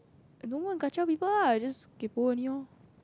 I don't want Kajiao people ah just Kaypoh only lor